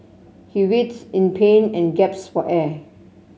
he writhed in pain and gasped for air